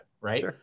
right